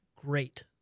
great